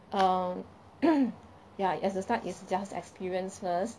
um ya as the start is just experience first